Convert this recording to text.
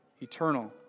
eternal